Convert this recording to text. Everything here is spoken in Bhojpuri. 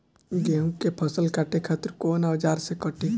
गेहूं के फसल काटे खातिर कोवन औजार से कटी?